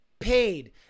paid